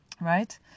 Right